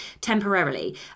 temporarily